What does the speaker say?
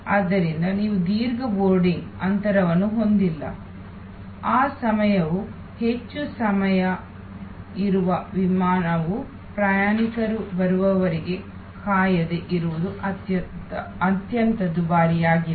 ಆದ್ದರಿಂದ ನೀವು ದೀರ್ಘ ಬೋರ್ಡಿಂಗ್ ಅಂತರವನ್ನು ಹೊಂದಿಲ್ಲ ಆ ಸಮಯವು ಹೆಚ್ಚು ಸಮಯ ಇರುವ ವಿಮಾನವು ಪ್ರಯಾಣಿಕರು ಬರುವವರೆಗೆ ಕಾಯದೆ ಇರುವುದು ಅತ್ಯಂತ ದುಬಾರಿಯಾಗಿದೆ